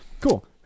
Cool